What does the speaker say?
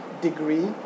degree